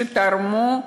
שתרמו,